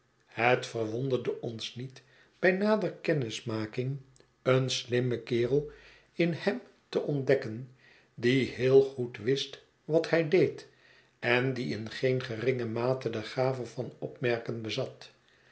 het verwonderde ons niet bij nader kennismaking een slimmen kerel in hem te ontdekken die heel goed wist wat hij deed en die in geen geringe mate de gave van opmerken bezat